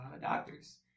doctors